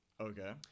Okay